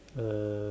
um